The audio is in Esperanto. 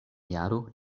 jaro